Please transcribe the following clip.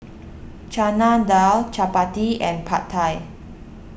Chana Dal Chapati and Pad Thai